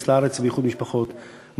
באיחוד משפחות כדי שייכנס לארץ באיחוד משפחות,